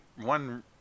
one